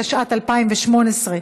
התשע"ט 2018,